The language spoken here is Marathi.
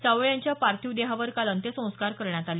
सावळे यांच्या पार्थिव देहावर काल अंत्यसंस्कार करण्यात आले